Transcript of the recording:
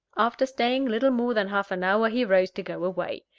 after staying little more than half an hour, he rose to go away.